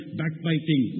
backbiting